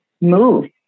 move